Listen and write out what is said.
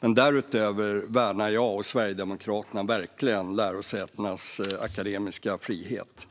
Därutöver värnar jag och Sverigedemokraterna verkligen lärosätenas akademiska frihet.